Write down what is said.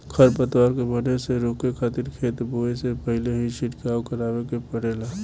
खर पतवार के बढ़े से रोके खातिर खेत बोए से पहिल ही छिड़काव करावे के पड़ेला